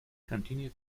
continued